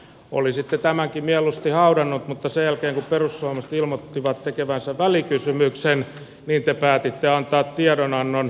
olisitte tämänkin mieluusti haudanneet mutta sen jälkeen kun perussuomalaiset ilmoittivat tekevänsä välikysymyksen te päätitte antaa tiedonannon